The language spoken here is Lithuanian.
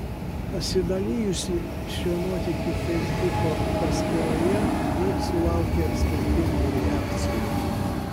pasidalijusi šiuo nuotykiu feisbuko paskyroje ji sulaukė skirtingų reakcijų